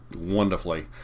Wonderfully